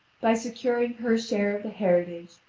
by securing her share of the heritage,